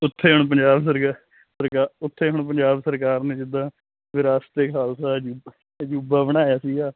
ਉੱਥੇ ਹੁਣ ਪੰਜਾਬ ਸਰ ਸਰਕਾਰ ਨੇ ਉੱਥੇ ਹੁਣ ਪੰਜਾਬ ਸਰਕਾਰ ਨੇ ਜਿੱਦਾਂ ਵਿਰਾਸਤ ਏ ਖਾਲਸਾ ਜੀ ਅਜੂਬਾ ਬਣਾਇਆ ਸੀਗਾ